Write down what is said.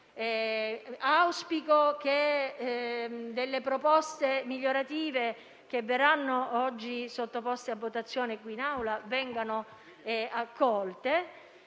Auspico che delle proposte migliorative che verranno oggi sottoposte a votazione in Aula vengano accolte